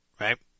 Right